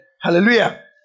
Hallelujah